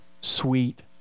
sweet